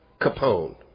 Capone